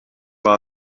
war